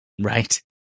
right